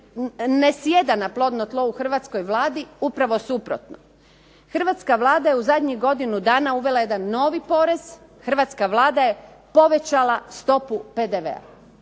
ne sjeda na plodno tlo u hrvatskoj Vladi, upravo suprotno. Hrvatska Vlada je u zadnjih godinu dana uvela jedan novi porez, hrvatska Vlada je povećala stopu PDV-a.